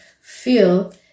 feel